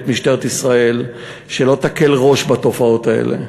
את משטרת ישראל שלא תקל ראש בתופעות האלה,